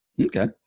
Okay